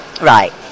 right